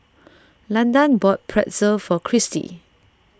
Landan bought Pretzel for Christi